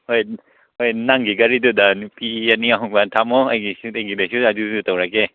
ꯍꯣꯏ ꯍꯣꯏ ꯅꯪꯒꯤ ꯒꯥꯔꯤꯗꯨꯗ ꯅꯨꯄꯤ ꯑꯅꯤ ꯑꯍꯨꯝꯒ ꯊꯝꯃꯣ ꯑꯩꯒꯤ ꯁꯤꯗꯒꯤꯁꯨ ꯑꯗꯨ ꯇꯧꯔꯒꯦ